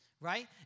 Right